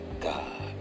God